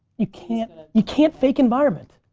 you can't you can't fake environment.